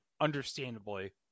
Understandably